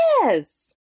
Yes